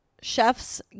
chef's